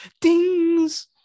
dings